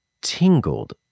tingled